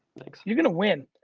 thanks. you're gonna win.